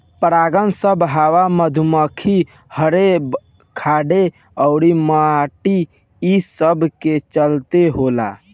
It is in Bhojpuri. परागन सभ हवा, मधुमखी, हर्रे, हाड़ अउर माछी ई सब के चलते होला